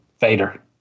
Vader